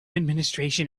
administration